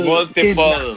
Multiple